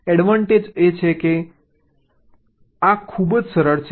તેથી એડવાન્ટેજ એ છે કારણ કે આ ખૂબ જ સરળ છે